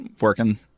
working